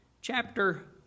chapter